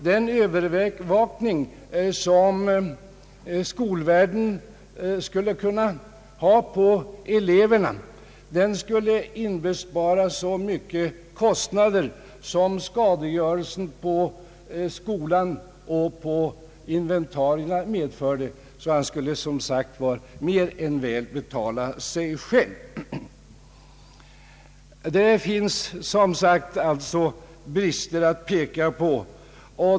Den elevövervakning som skolvärden kunde bedriva skulle inbespara de kostnader som skadegörelsen på skolan och dess inventarier för närvarande medför. Han skulle så att säga mer än väl betala sig själv. Det finns som sagt brister att peka på.